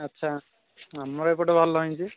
ଆଚ୍ଛା ଆମ ଏପଟେ ଭଲ ହେଇଁଛି